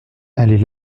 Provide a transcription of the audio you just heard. allées